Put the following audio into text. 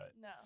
no